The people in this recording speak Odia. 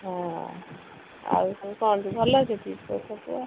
ହଁ ଆଉ ସବୁ କ'ଣଟି ଭଲ ଅଛୁଟି ତୋତେ ତ